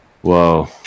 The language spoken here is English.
Whoa